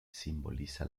simboliza